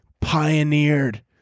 pioneered